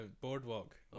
Boardwalk